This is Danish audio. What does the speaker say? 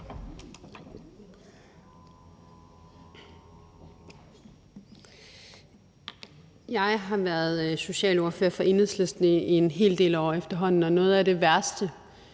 Jeg har været socialordfører for Enhedslisten i en hel del år efterhånden, og noget af det værste